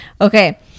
okay